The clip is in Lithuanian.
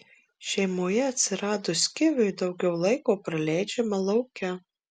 šeimoje atsiradus kiviui daugiau laiko praleidžiame lauke